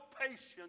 patience